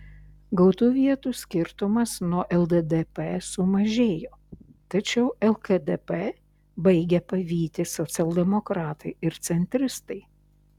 gautų vietų skirtumas nuo lddp sumažėjo tačiau lkdp baigia pavyti socialdemokratai ir centristai